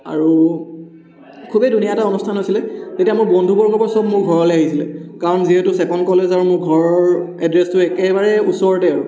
আৰু খুবেই ধুনীয়া এটা অনুষ্ঠান হৈছিলে তেতিয়া মোৰ বন্ধু বৰ্গবোৰ সব মোৰ ঘৰলৈ আহিছিলে কাৰণ যিহেতু চেপন কলেজ আৰু মোৰ ঘৰৰ এড্ৰেছটো একেবাৰে ওচৰতে আৰু